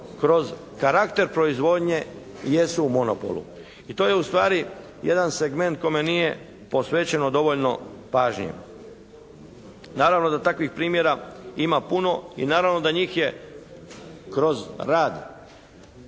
kroz karakter proizvodnje jesu u monopolu. I to je ustvari jedan segment kojem nije posvećeno dovoljno pažnje. Naravno da takvih primjera ima puno i naravno da njih je kroz rad